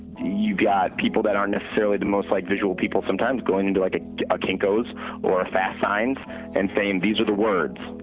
you got people that are necessarily the most like visual people sometimes going into like a kinko's or a fast signs and saying, these are the words.